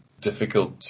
difficult